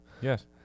Yes